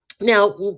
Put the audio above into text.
Now